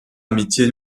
amitié